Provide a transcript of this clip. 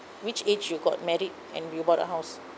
which age you got married and you bought a house